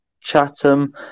Chatham